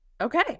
Okay